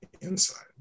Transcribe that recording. inside